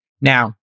Now